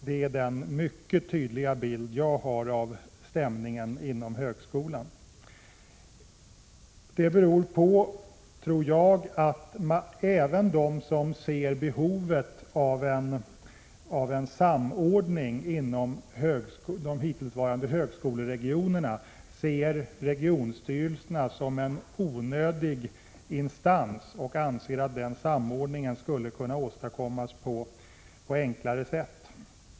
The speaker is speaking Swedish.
Jag tror att detta beror på att även de som ser behovet av en samordning inom de hittillsvarande högskoleregionerna finner regionstyrelserna utgöra en onödig instans och menar att denna samordning skulle kunna åstadkommas på enklare sätt.